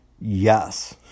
yes